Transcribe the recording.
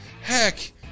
heck